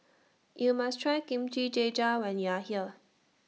YOU must Try Kimchi Jjigae when YOU Are here